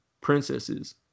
princesses